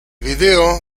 video